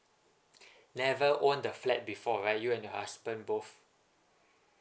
never owned the flat before right you and your husband both